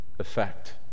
effect